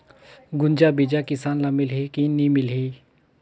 गुनजा बिजा किसान ल मिलही की नी मिलही?